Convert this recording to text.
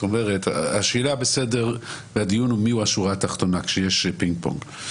השאלה בסדר והדיון הוא מה השורה התחתונה כשיש פינג פונג.